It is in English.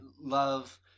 love